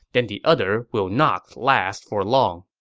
then the other will not last for long